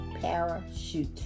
parachute